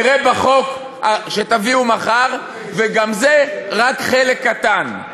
נראה בחוק שתביאו מחר, וגם זה רק חלק קטן.